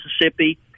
mississippi